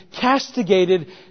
castigated